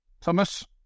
Thomas